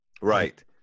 Right